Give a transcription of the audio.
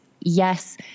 Yes